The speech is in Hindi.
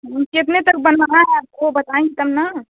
कितने तक बनाना है आप वह बताएँ तब ना